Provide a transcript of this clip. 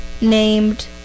named